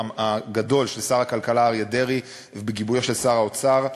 הגדול של שר הכלכלה אריה דרעי ובגיבויו של שר האוצר,